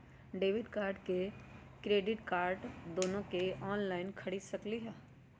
Credit card और debit card दोनों से ऑनलाइन खरीद सकली ह?